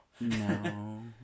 No